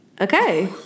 Okay